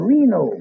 Reno